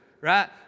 right